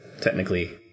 Technically